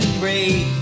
break